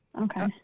Okay